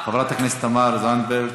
אחריו, חברת הכנסת תמר זנדברג.